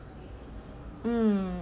um